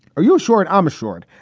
are you short, omma short?